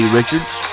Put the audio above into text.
Richards